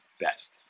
best